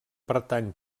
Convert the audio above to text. pertany